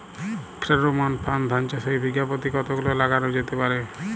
Pheromone ফাঁদ ধান চাষে বিঘা পতি কতগুলো লাগানো যেতে পারে?